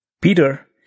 Peter